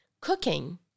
Cooking